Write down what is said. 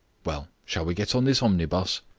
well, shall we get on this omnibus?